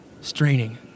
straining